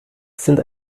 sind